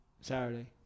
Saturday